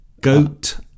Goat